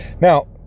Now